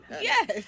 Yes